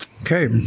Okay